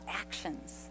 actions